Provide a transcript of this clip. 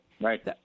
Right